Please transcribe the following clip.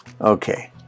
Okay